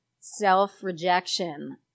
self-rejection